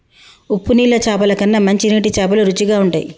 ఉప్పు నీళ్ల చాపల కన్నా మంచి నీటి చాపలు రుచిగ ఉంటయ్